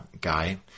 guy